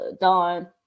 Dawn